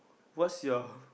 what's your